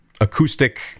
acoustic